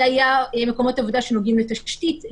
זה היה מקומות עבודה שנוגעים לתשתית,